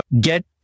get